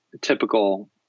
typical